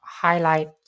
highlight